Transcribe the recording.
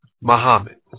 Muhammad